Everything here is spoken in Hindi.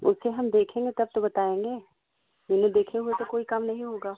उसे हम देखेंगे तब तो बताएँगे बिना देखे हुए तो कोई काम नहीं होगा